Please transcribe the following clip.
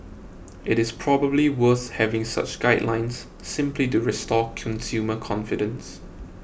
it is probably worth having such guidelines simply to restore consumer confidence